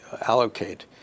allocate